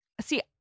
See